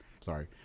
sorry